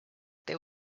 there